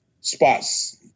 spots